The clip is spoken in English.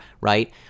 right